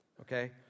okay